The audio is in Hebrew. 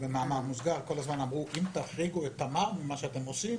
במאמר מוסגר כל הזמן אמרו: אם תחריגו את תמר ממה שאתם עושים